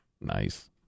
Nice